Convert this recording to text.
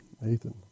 Nathan